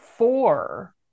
Four